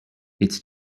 its